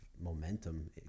momentum